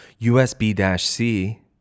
usb-c